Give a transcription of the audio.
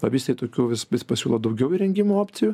o visi tokių vis pasiūlo daugiau įrengimo opcijų